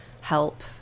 help